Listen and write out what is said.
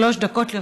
שלוש דקות לרשותך.